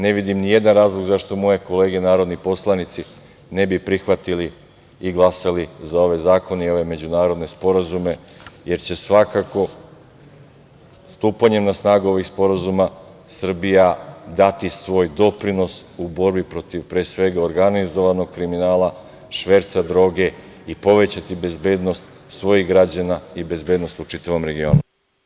Ne vidim nijedan razlog zašto moje kolege narodni poslanici ne bi prihvatili i glasali za ove zakone i ove međunarodne sporazume, jer će svakako stupanjem na snagu ovih sporazuma Srbija dati svoj doprinos u borbi protiv pre svega, organizovanog kriminala, šverca droge i povećati bezbednost svojih građana i bezbednost u čitavom regionu.